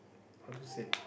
how to said